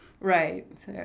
Right